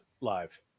live